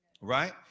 right